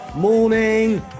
morning